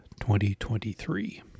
2023